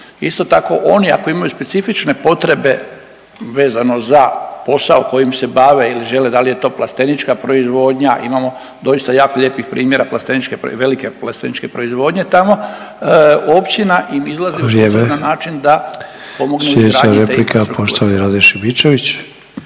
Isto tako oni ako imaju specifične potrebe vezano za posao kojim se bave ili žele, da li je to plastenička proizvodnja, imamo doista jako lijepih primjera plasteničke, velike plasteničke proizvodnje tamo općina i … …/Upadica Sanader: Vrijeme./…